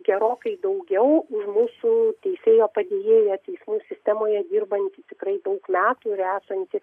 gerokai daugiau už mūsų teisėjo padėjėją teismų sistemoje dirbantį tikrai daug metų ir esantį